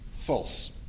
false